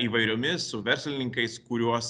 įvairiomis su verslininkais kuriuos